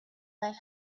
let